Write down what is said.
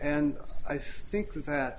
and i think that